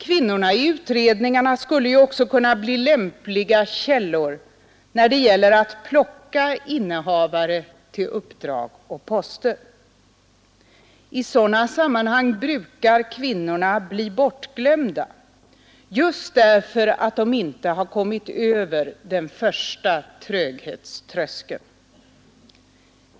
Kvinnorna i utredningarna skulle ju också kunna bli lämpliga källor när det gäller att plocka innehavare till uppdrag och poster. I sådana sammanhang brukar kvinnorna bli bortglömda just därför att de inte har kommit över den första tröghetströskeln.